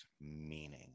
meaning